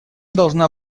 должна